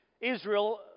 Israel